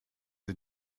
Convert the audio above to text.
sie